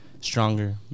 stronger